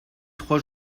trois